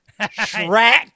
Shrek